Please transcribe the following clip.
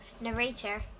narrator